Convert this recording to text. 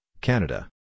Canada